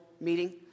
meeting